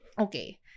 Okay